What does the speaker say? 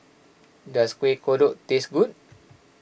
does Kueh Kodok taste good